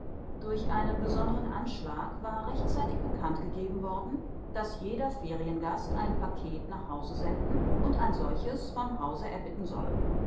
durch einen besonderen anschlag war rechtzeitig bekanntgegeben worden daß jeder feriengast ein paket nach hause senden und ein solches von hause erbitten solle